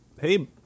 hey